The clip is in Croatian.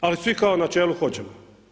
Ali svi kao u načelu hoćemo.